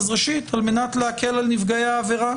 ראשית כדי להקל על נפגעי העבירה